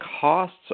costs